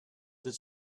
does